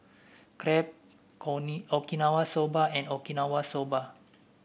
Crepe Okinawa Soba and Okinawa Soba